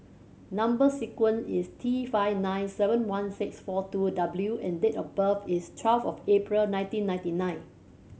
number sequence is T five nine seven one six four two W and date of birth is twelve April nineteen ninety nine